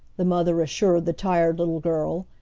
the mother assured the tired little girl.